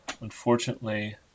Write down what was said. unfortunately